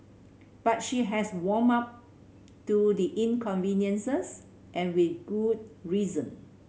but she has warmed up to the inconveniences and with good reason